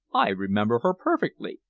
i remember her perfectly,